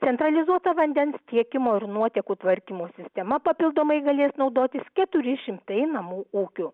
centralizuota vandens tiekimo ir nuotekų tvarkymo sistema papildomai galės naudotis keturi šimtai namų ūkių